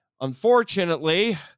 unfortunately